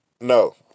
No